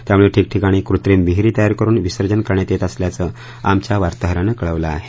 त्यामुळे ठिकठिकाणी कृत्रिम विहीरी तयार करुन विसर्जन करण्यात येत असल्याचं आमच्या वार्ताहरानं कळवलं आहे